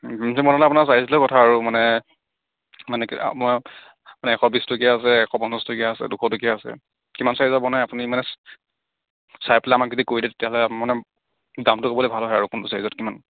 সেইটো মানে আপোনাৰ চাইজ লৈ কথা আৰু মানে মানে কি মই এশ বিশ টকীয়া আছে এশ পঞ্চাশ টকীয়া আছে দুশ টকীয়া আছে কিমান চাইজৰ বনাই আপুনি মানে চাই পেলাই আমাক যদি কৈ দিয়ে তেতিয়া হ'লে মানে দামটো ক'বলৈ ভাল হয় আৰু কোনটো চাইজত কিমান